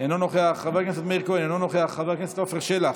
אינו נוכח, חבר הכנסת עופר כסיף,